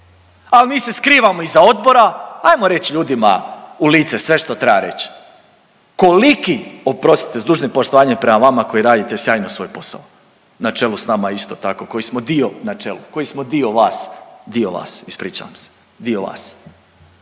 al mi se skrivamo iza odbora, ajmo reć ljudima u lice sve što treba reć, koliki, oprostite s dužnim poštovanjem prema vama koji radite sjajno svoj posao na čelu s nama isto tako koji smo dio na čelu, koji smo dio vas, dio vas, ispričavam se, dio vas.